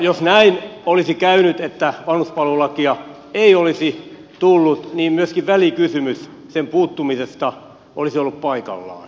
jos näin olisi käynyt että vanhuspalvelulakia ei olisi tullut niin myöskin välikysymys sen puuttumisesta olisi ollut paikallaan